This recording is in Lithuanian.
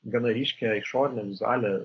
gana ryškią išorinę vizualią